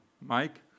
Mike